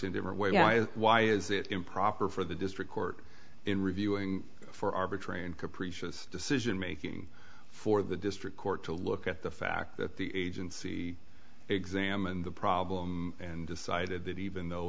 in different ways why is it improper for the district court in reviewing for arbitrary and capricious decision making for the district court to look at the fact that the agency examined the problem and decided that even though